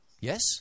Yes